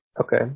Okay